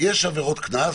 יש עבירות קנס